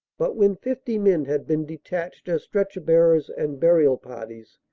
but when fifty men had been detached as stretcher bearers and burial parties,